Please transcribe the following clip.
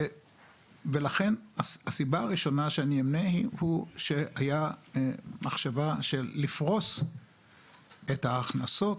ולכן הסיבה הראשונה שאמנה היא שהייתה מחשבה של לפרוס את ההכנסות,